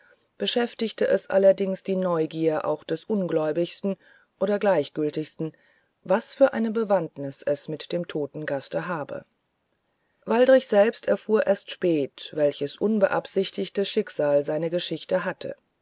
beschäftigte es allerdings die neugier auch der ungläubigsten oder gleichgültigsten was für eine bewandtnis es mit dem toten gaste habe waldrich selbst erfuhr erst später welches unbeabsichtigte schicksal sein geschichtchen hatte